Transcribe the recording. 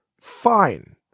Fine